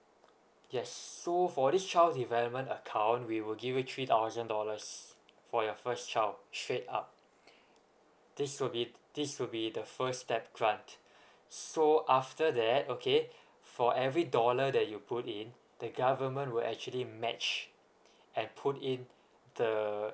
yes so for this child development account we will give you three thousand dollars for your first child straight up this will be this will be the first step run so after that okay for every dollar that you put in the government will actually match and put in the